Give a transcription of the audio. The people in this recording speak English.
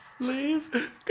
Leave